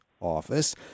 office